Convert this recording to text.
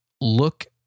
look